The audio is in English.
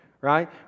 right